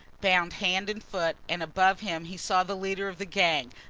bound hand and foot, and above him he saw the leader of the gang,